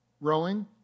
Rowing